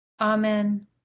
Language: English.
Amen